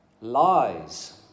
lies